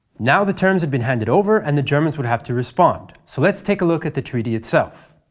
now the terms had been handed over, and the germans would have to respond, so let's take a look at the treaty itself.